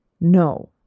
No